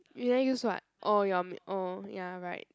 you never use what oh your m~ oh ya right